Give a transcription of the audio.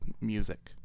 music